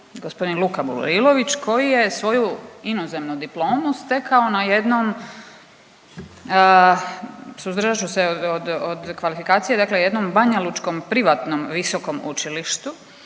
gospodin Luka Burilović koji je svoju inozemnu diplomu stekao na jednom suzdržat ću se od kvalifikacije dakle jednom banjalučkom privatnom visokom učilištu